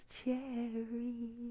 cherry